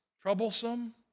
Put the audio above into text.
troublesome